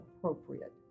appropriate